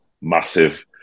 Massive